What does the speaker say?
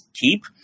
keep